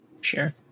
Sure